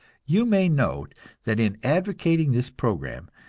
you may note that in advocating this program,